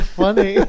funny